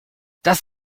das